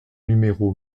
numéro